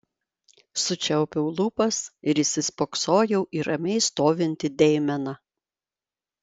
sučiaupiau lūpas ir įsispoksojau į ramiai stovintį deimeną